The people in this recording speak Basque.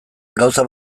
gauza